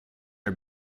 are